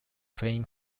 playing